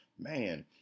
man